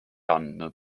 andnud